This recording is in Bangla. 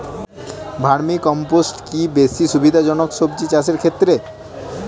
ভার্মি কম্পোষ্ট কি বেশী সুবিধা জনক সবজি চাষের ক্ষেত্রে?